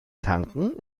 tanken